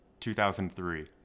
2003